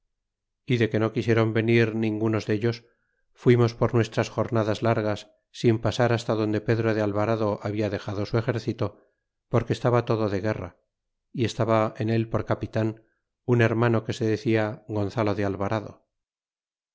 y de que no quisieron venir ningunos delitos fuimos por nuestras jornadas largas sin pasar hasta donde pedro de alvarado habia dexado su exército porque estaba todo de guerra y estaba en él por capitan un hermano que se decia gonzalo de alvarado